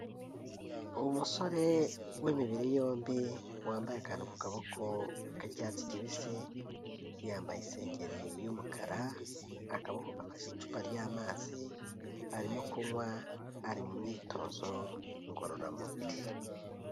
Uwo musore w'imibiri yombi wambaye akantu ku kaboko k'icyatsi kibisi, yambaye isengeri y'umukara, akaboko gafashe icupa ry'amazi, arimo kunywa, ari mu myitozo ngororamubiri.